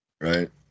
Right